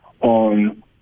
on